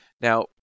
Now